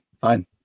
fine